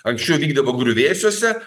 anksčiau vykdavo griuvėsiuose